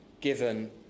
given